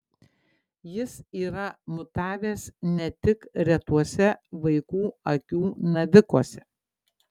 jis yra mutavęs ne tik retuose vaikų akių navikuose